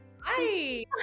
Hi